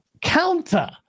counter